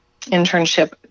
internship